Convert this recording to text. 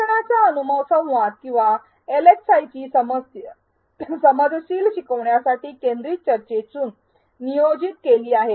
शिकण्याचा अनुभव संवाद किंवा एलएक्सआयची समजशील शिकवण्यासाठी केंद्रित चर्चेतून नियोजित केली आहे